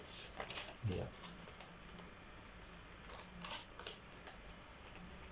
ya